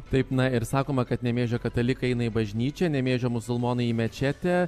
taip na ir sakoma kad nemėžio katalikai eina į bažnyčią nemėžio musulmonai į mečetę